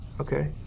Okay